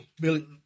Billy